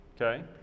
okay